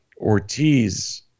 Ortiz